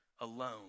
alone